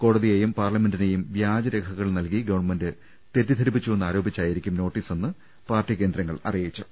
കോടതി യെയും പാർലമെന്റിനെയും വ്യാജരേഖകൾ നൽകി ഗവൺമെന്റ് തെറ്റിദ്ധരി പ്പിച്ചുവെന്നാരോപിച്ചായിരിക്കും നോട്ടീസെന്ന് പാർട്ടി കേന്ദ്രങ്ങൾ അറിയിച്ചു